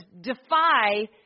defy